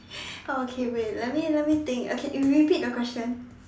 okay wait let me let me think okay repeat the question